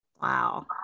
wow